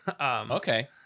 okay